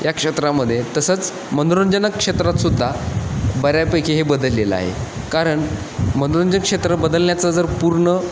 या क्षेत्रामध्ये तसंच मनोरंजन क्षेत्रातसुद्धा बऱ्यापैकी हे बदललेलं आहे कारण मनोरंजन क्षेत्र बदलण्याचं जर पूर्ण